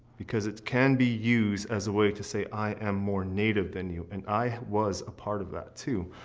because it can be used as a way to say, i am more native than you. and i was a part of that, too.